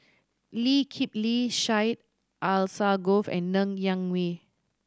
Lee Kip Lee Syed Alsagoff and Ng Yak Whee